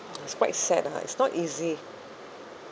it's quite sad lah it's not easy